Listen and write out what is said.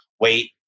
wait